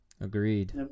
Agreed